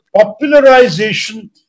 popularization